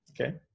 okay